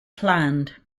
planned